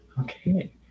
Okay